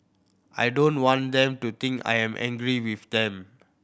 I don't want them to think I am angry with them